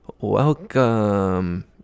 welcome